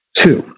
Two